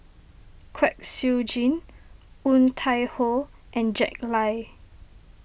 Kwek Siew Jin Woon Tai Ho and Jack Lai